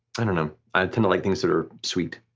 i don't know, i kind of like things that are sweet.